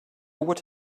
what